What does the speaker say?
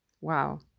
Wow